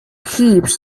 heaps